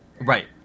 Right